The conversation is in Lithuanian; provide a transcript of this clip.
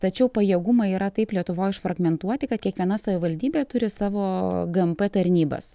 tačiau pajėgumai yra taip lietuvoj išfragmentuoti kad kiekviena savivaldybė turi savo gmp tarnybas